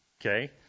Okay